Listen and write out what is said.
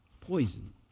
Poison